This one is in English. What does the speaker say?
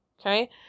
Okay